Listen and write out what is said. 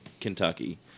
Kentucky